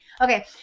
Okay